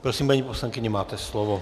Prosím, paní poslankyně, máte slovo.